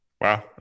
Wow